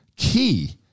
key